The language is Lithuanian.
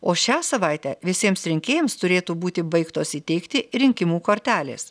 o šią savaitę visiems rinkėjams turėtų būti baigtos įteikti rinkimų kortelės